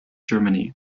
germany